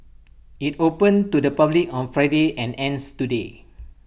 IT opened to the public on Friday and ends today